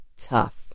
tough